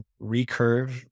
recurve